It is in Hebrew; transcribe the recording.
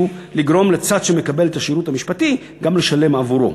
הוא לגרום לצד שמקבל את השירות המשפטי גם לשלם עבורו.